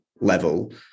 level